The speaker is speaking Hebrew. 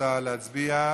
שרצתה להצביע,